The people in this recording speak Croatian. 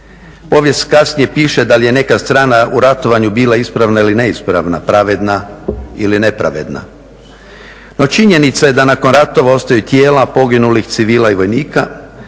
Povijest kasnije piše da li je neka strana u ratovanju bila ispravna ili neispravna, pravedna ili nepravedna. No, činjenica je da nakon ratova ostaju tijela poginulih civila i vojnika